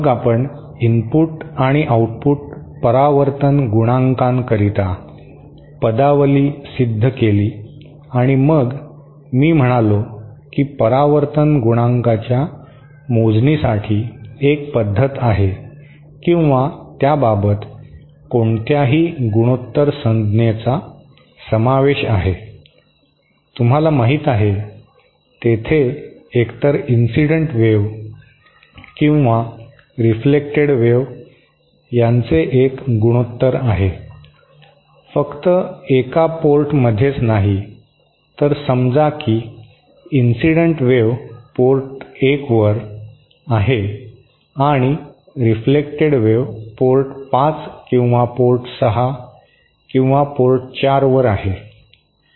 मग आपण इनपुट आणि आउटपुट परावर्तन गुणांकांकरिता पदावली सिद्ध केली आणि मग मी म्हणालो की परावर्तन गुणांकांच्या मोजणीसाठी एक पद्धत आहे किंवा त्याबाबत कोणत्याही गुणोत्तर संज्ञेचा समावेश आहे तुम्हाला माहिती आहे तेथे एकतर इन्सिडेंट वेव्ह किंवा रिफ्लेक्टड वेव्ह यांचे एक गुणोत्तर आहे फक्त एका पोर्ट मधेच नाही तर समजा की इन्सिडेंट वेव्ह पोर्ट एक वर आहे आणि रिफ्लेक्टड वेव्ह पोर्ट 5 किंवा पोर्ट 6 पोर्ट 4 वर आहे